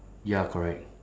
ya correct